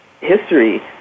history